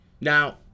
Now